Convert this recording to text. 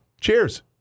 cheers